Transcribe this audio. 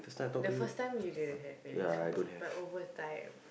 the first time you didn't had feelings for me but over time